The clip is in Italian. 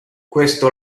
questo